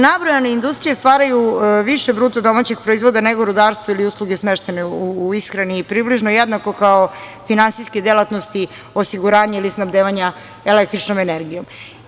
Nabrojane industrije stvaraju više BDP nego rudarstvo ili usluge smeštene u ishrani, približno jednako kao finansijske delatnosti osiguranje ili snabdevanja električnom energijom.